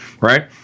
right